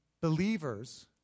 believers